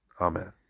Amen